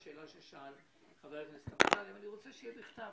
את התשובה לשאלה ששאל חבר הכנסת אמסלם אני רוצה בכתב,